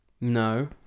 No